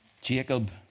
Jacob